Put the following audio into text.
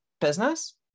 business